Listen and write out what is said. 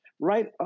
right